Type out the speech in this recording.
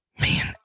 Man